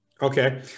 Okay